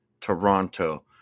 Toronto